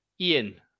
ian